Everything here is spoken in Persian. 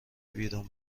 بیرون